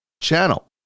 channel